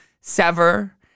sever